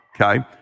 Okay